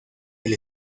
del